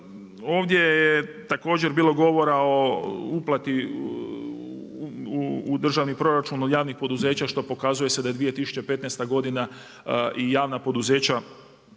Ovdje je također bilo govora o uplati u državni proračun od javnih poduzeća što pokazuje se da je 2015. i javna poduzeća